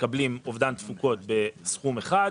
שמקבלים אובדן תפוקות בסכום אחד,